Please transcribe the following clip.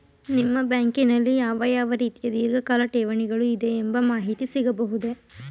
ನಿಮ್ಮ ಬ್ಯಾಂಕಿನಲ್ಲಿ ಯಾವ ಯಾವ ರೀತಿಯ ಧೀರ್ಘಕಾಲ ಠೇವಣಿಗಳು ಇದೆ ಎಂಬ ಮಾಹಿತಿ ಸಿಗಬಹುದೇ?